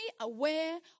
aware